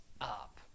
up